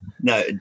No